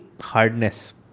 hardness